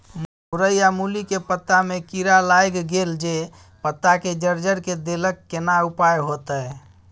मूरई आ मूली के पत्ता में कीरा लाईग गेल जे पत्ता के जर्जर के देलक केना उपाय होतय?